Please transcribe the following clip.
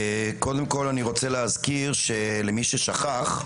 אני רוצה להזכיר למי ששכח,